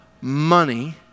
money